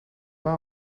pas